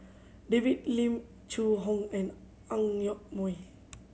David Lim Zhu Hong and Ang Yoke Mooi